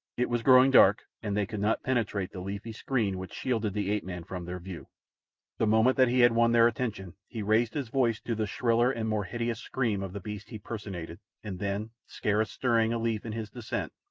it was growing dark, and they could not penetrate the leafy screen which shielded the ape-man from their view the moment that he had won their attention he raised his voice to the shriller and more hideous scream of the beast he personated, and then, scarce stirring a leaf in his descent,